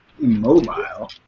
immobile